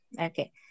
Okay